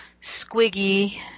Squiggy